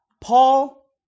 Paul